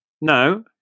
No